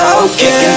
okay